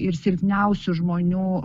ir silpniausių žmonių